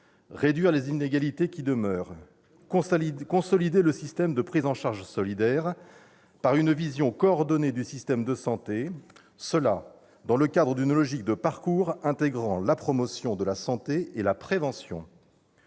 réduire les inégalités qui demeurent, consolider le système de prise en charge solidaire par une vision coordonnée du système de santé, et ce dans le cadre d'une logique de parcours intégrant la promotion de la santé et la prévention.